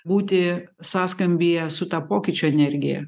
būti sąskambyje su ta pokyčio energija